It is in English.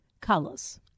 colors